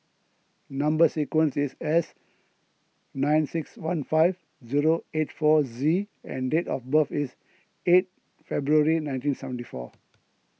Number Sequence is S nine six one five zero eight four Z and date of birth is eight February nineteen seventy four